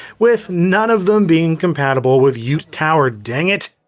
with none of them being compatible with yoot tower, dang it.